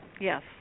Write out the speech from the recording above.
Yes